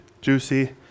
juicy